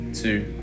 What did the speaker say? two